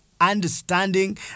understanding